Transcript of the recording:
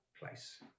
place